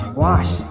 wash